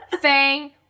Fang